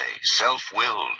self-willed